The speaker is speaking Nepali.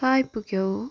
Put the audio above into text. कहाँ आइपुग्यौ